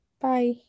Bye